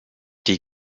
die